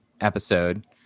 episode